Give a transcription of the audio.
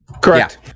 Correct